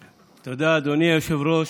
תודה, אדוני היושב-ראש.